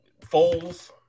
Foles